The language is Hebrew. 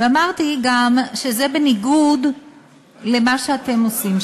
ואמרתי גם שזה בניגוד למה שאתם עושים,